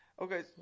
Okay